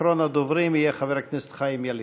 אחרון הדוברים יהיה חבר הכנסת חיים ילין.